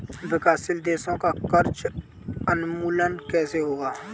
विकासशील देशों का कर्ज उन्मूलन कैसे होगा?